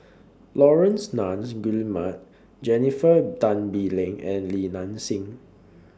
Laurence Nunns Guillemard Jennifer Tan Bee Leng and Li Nanxing